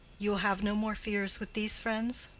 you will have no more fears with these friends?